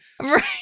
Right